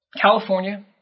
California